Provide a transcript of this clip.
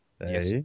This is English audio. Yes